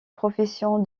profession